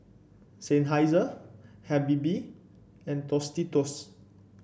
Seinheiser Habibie and Tostitos